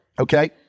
okay